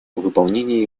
выполнении